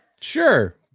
Sure